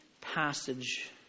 passage